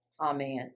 Amen